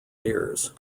ears